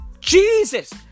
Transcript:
Jesus